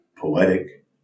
Poetic